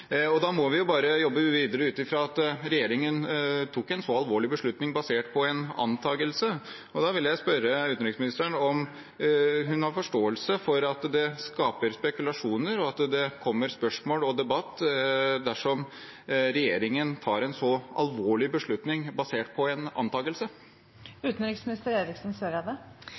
Da må vi bare jobbe videre ut fra at regjeringen tok en så alvorlig beslutning basert på en antagelse. Jeg vil spørre utenriksministeren om hun har forståelse for at det skaper spekulasjoner, og at det kommer spørsmål og debatt, dersom regjeringen tar en så alvorlig beslutning basert på en